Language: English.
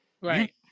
Right